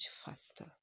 faster